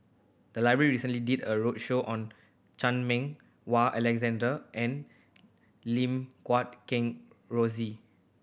the library recently did a roadshow on Chan Meng Wah Alexander and Lim Guat Kheng Rosie